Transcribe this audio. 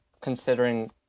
considering